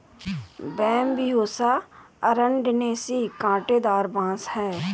Bambusa अरंडिनेसी काँटेदार बाँस है